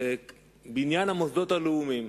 בבניין המוסדות הלאומיים,